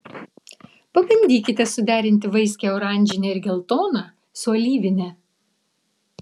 pabandykite suderinti vaiskią oranžinę ir geltoną su alyvine